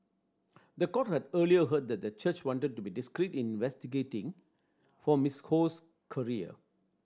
the court had earlier heard that the church wanted to be discreet in investing for Mistress Ho's career